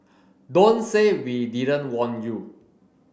don't say we didn't warn you